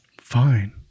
Fine